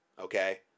okay